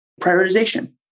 prioritization